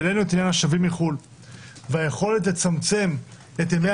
העלינו את עניין השבים מחו"ל והיכולת לצמצם את ימי